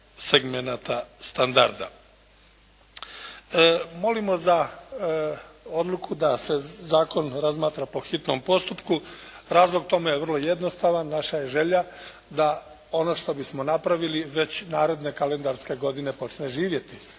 segmenata standarda. Molimo za odluku da se zakon razmatra po hitnom postupku. Razlog tome je vrlo jednostavan. Naša je želja da ono što bismo napravili već naredne kalendarske godine počne živjeti